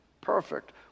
Perfect